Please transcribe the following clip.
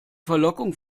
verlockung